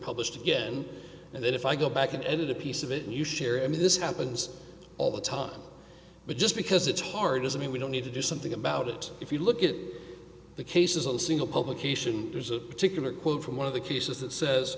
published again and if i go back and edit a piece of it you share i mean this happens all the time but just because it's hard as i mean we don't need to do something about it if you look at the cases of the single publication there's a particular quote from one of the cases that says